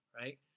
right